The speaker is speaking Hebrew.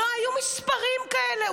לא היו מספרים כאלה.